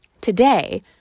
Today